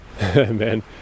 Man